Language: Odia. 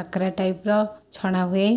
କାକରା ଟାଇପର ଛଣା ହୁଏ